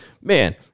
man